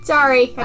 Sorry